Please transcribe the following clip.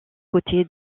côté